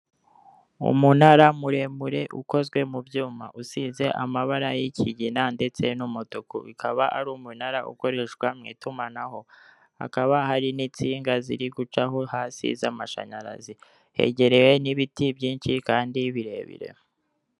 Umunara muremure ukozwe mu byuma usize amabara y'ikigina ndetse n'umutuku, ukaba ari umunara ukoreshwa mu itumanaho hakaba hari n'insinga ziri gucaho hasi z'amashanyarazi hegereye n'ibiti byinshi kandi birebire.